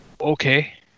okay